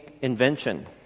invention